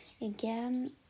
again